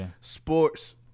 sports